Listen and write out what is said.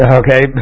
okay